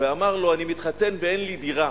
ואמר לו: אני מתחתן ואין לי דירה,